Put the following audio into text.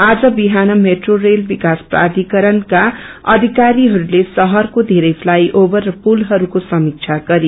आज विहान metro rail विवास प्राधिकरणका अधिकारीहरूले शहरको वेरै फ्लाइ ओभर र पूलहरूको समीक्षा गरे